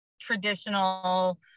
traditional